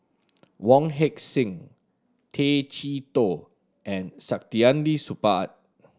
Wong Heck Sing Tay Chee Toh and Saktiandi Supaat